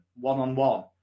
one-on-one